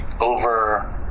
over